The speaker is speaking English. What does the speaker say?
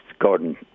Gordon